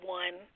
one